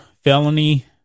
felony